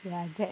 ya that